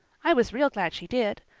i was real glad she did.